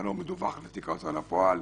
מדווח לתיק ההוצאה לפועל,